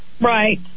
Right